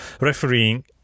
refereeing